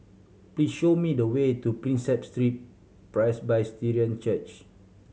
please show me the way to Prinsep Street Presbyterian Church